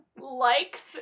likes